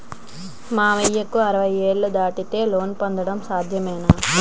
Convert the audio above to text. మామయ్యకు అరవై ఏళ్లు దాటితే లోన్ పొందడం సాధ్యమేనా?